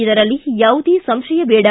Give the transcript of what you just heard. ಇದರಲ್ಲಿ ಯಾವುದೇ ಸಂಶಯ ಬೇಡ